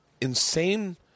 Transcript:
insane